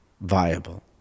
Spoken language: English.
viable